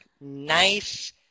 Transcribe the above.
nice